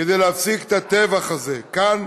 כדי להפסיק את הטבח הזה כאן,